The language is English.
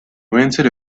rented